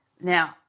Now